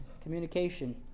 Communication